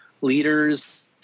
leaders